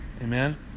Amen